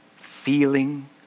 feeling